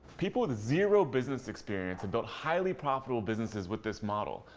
people with zero business experience have built highly profitable businesses with this model.